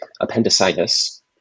appendicitis